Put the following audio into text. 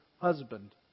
husband